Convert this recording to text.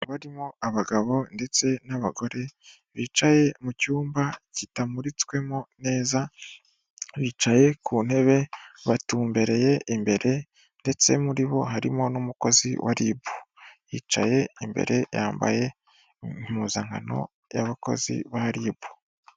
Barimo abagabo ndetse n'abagore bicaye mu cyumba kitamuritswemo neza, bicaye ku ntebe batumbereye imbere ndetse muri bo harimo n'umukozi wa RIB, yicaye imbere yambaye impuzankano y'abakozi ba RIB.